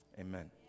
amen